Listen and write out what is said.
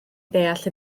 ddeall